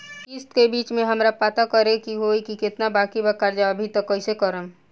किश्त के बीच मे हमरा पता करे होई की केतना बाकी बा कर्जा अभी त कइसे करम?